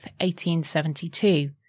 1872